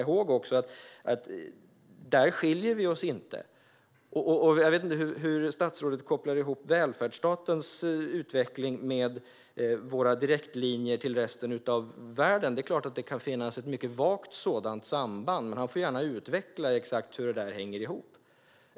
Vi ska komma ihåg att där skiljer vi oss inte. Jag vet inte hur statsrådet kopplar ihop välfärdsstatens utveckling med våra direktlinjer till resten av världen. Det är klart att det finnas ett mycket vagt sådant samband, men statsrådet får gärna utveckla exakt hur det hänger ihop.